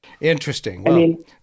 Interesting